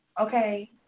Okay